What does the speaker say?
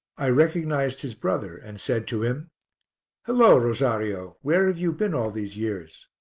i recognized his brother, and said to him hullo! rosario, where have you been all these years?